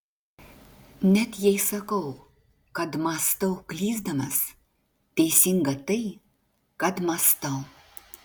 net jei sakau kad mąstau klysdamas teisinga tai kad mąstau